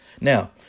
Now